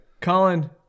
Colin